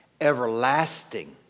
everlasting